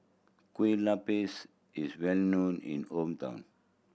Kueh Lapis is well known in hometown